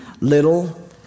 little